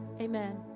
Amen